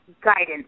guidance